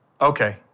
Okay